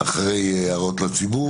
אחרי הערות לציבור?